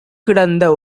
கிடந்த